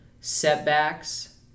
setbacks